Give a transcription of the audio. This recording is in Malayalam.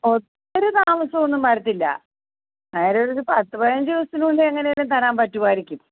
ഒത്തിരി താമസം ഒന്നും വരില്ല ഏതായാലും ഒരു പത്ത് പതിനഞ്ച് ദിവസത്തിനുള്ളിൽ എങ്ങനെ എങ്കിലും തരാൻ പറ്റുമായിരിക്കും